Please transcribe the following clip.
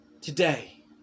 today